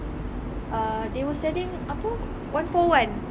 ah they were sending apa one for one